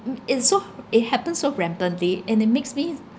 mm and so it happened so rampantly and it makes me